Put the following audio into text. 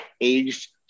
aged